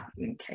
okay